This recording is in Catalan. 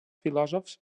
filòsofs